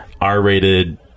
R-rated